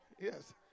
Yes